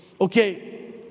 okay